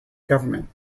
government